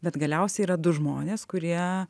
bet galiausiai yra du žmonės kurie